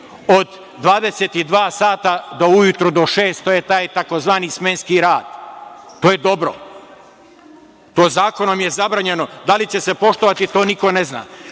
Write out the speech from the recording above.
od 22 sata do ujutru do šest, to je taj tzv. smenski rad. To je dobro. To je zakonom zabranjeno. Da li će se poštovati, to niko ne zna. Ovde